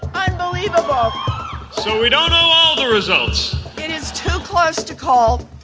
unbelievable so we don't know the results. it is too close to call.